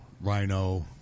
Rhino